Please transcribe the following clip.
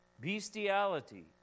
bestiality